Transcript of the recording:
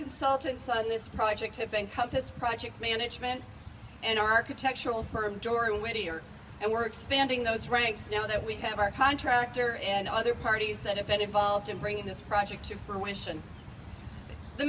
consultants on this project have been compass project management an architectural firm during whittier and we're expanding those ranks now that we have our contractor and other parties that have been involved in bringing this project to fruition the